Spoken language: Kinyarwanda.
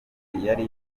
yari